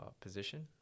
position